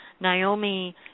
Naomi